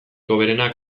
hoberenak